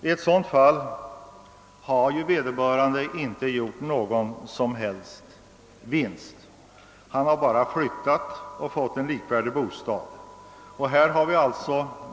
I sådant fall har ju vederbörande inte gjort någon som helst vinst. Han har bara flyttat och fått en likvärdig bostad.